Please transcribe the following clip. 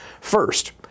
First